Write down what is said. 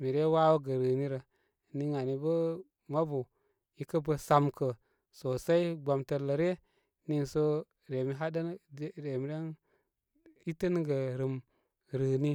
mire wawo gə rɨnirə niŋ anibə mabu i kə bə samkə sosai gbamtər lə ryə niiso remi haɗənəgə ge remi ren itənəgə rɨm rɨni.